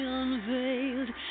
unveiled